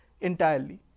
entirely